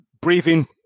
Breathing